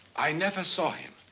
i never saw him.